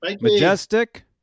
Majestic